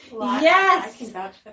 Yes